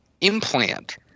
implant